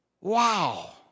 Wow